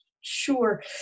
Sure